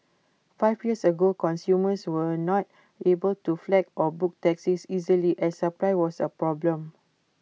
five years ago consumers were not able to flag or book taxis easily as supply was A problem